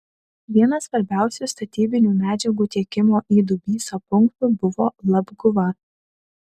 vienas svarbiausių statybinių medžiagų tiekimo į dubysą punktų buvo labguva